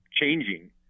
changing